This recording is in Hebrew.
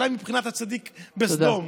היא אולי בבחינת הצדיק בסדום.